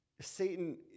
satan